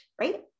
right